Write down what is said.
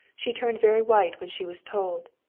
she turned very white when she was told,